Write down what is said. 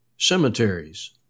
cemeteries